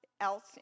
else